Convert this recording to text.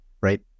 right